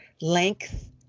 length